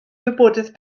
wybodaeth